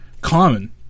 common